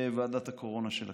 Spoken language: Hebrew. בוועדת הקורונה של הכנסת.